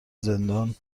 زندان